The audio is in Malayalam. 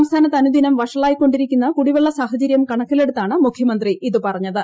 സംസ്ഥാനത്ത് അനുദിനം വഷളായിക്കൊണ്ടിരിക്കുന്ന കുടിവെള്ള സാഹചര്യം കണക്കിലെടുത്താണ് മുഖ്യമന്ത്രി ഇത് പറഞ്ഞത്